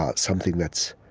ah something that's,